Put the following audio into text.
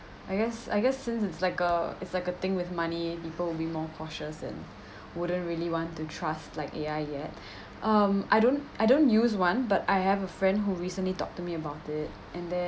I guess I guess since it's like a it's like a thing with money people will be more cautious and wouldn't really want to trust like A_I yet um I don't I don't use one but I have a friend who recently talked to me about it and then